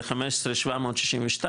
ל-15,762,